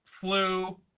flu